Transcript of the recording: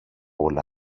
όλα